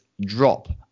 drop